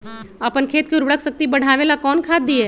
अपन खेत के उर्वरक शक्ति बढावेला कौन खाद दीये?